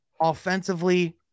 offensively